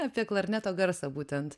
apie klarneto garsą būtent